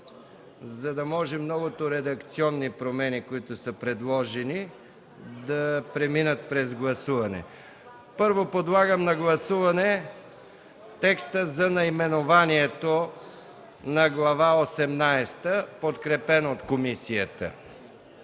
за да може многото редакционни промени, които са предложени, да преминат през гласуване. Първо, подлагам на гласуване текста за наименованието на Глава осемнадесета, подкрепен от комисията,